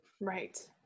right